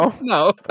No